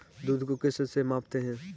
दूध को किस से मापते हैं?